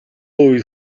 үед